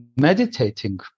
meditating